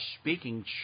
speaking